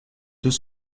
deux